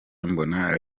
mbona